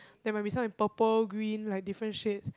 there might be some in purple green like different shades